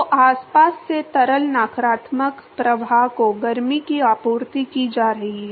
तो आसपास से तरल नकारात्मक प्रवाह को गर्मी की आपूर्ति की जा रही है